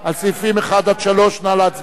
נא להצביע.